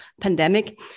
pandemic